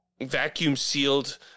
vacuum-sealed